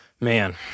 man